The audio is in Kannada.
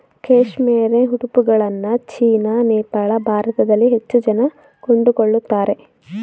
ಕೇಶ್ಮೇರೆ ಉಡುಪುಗಳನ್ನ ಚೀನಾ, ನೇಪಾಳ, ಭಾರತದಲ್ಲಿ ಹೆಚ್ಚು ಜನ ಕೊಂಡುಕೊಳ್ಳುತ್ತಾರೆ